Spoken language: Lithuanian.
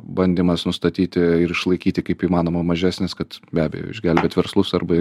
bandymas nustatyti ir išlaikyti kaip įmanoma mažesnes kad be abejo išgelbėt verslus arba